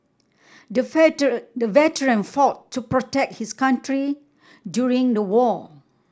the veteran fought to protect his country during the war